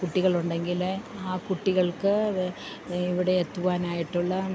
കുട്ടികളുണ്ടെങ്കില് ആ കുട്ടികൾക്ക് ഇവിടെ എത്തുവാനായിട്ടുള്ള